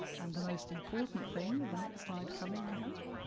and the most important thing with the next slide coming i hope.